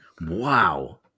Wow